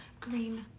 green